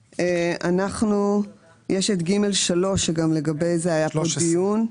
יש את (ג3) שגם לגבי זה היה פה דיון,